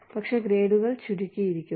പക്ഷേ ഗ്രേഡുകൾ ചുരുക്കിയിരിക്കുന്നു